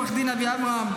עו"ד אבי עמרם,